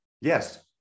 Yes